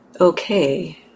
okay